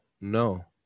no